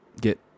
get